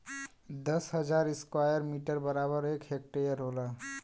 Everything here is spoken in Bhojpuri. दस हजार स्क्वायर मीटर बराबर एक हेक्टेयर होला